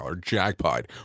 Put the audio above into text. Jackpot